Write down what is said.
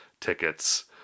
tickets